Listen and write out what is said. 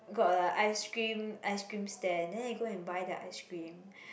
got like ice cream ice cream stand then you go and buy their ice cream